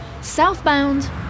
southbound